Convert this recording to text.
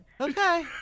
Okay